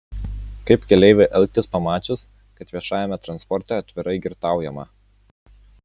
kaip keleiviui elgtis pamačius kad viešajame transporte atvirai girtaujama